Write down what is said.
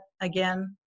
again